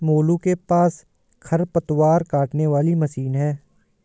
मोलू के पास खरपतवार काटने वाली मशीन है